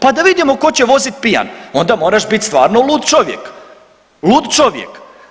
Pa da vidimo tko će vozit pijan, onda moraš biti stvarno lud čovjek, lud čovjek.